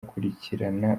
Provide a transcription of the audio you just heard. gukurikirana